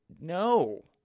no